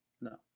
No